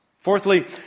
Fourthly